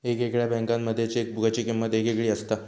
येगयेगळ्या बँकांमध्ये चेकबुकाची किमंत येगयेगळी असता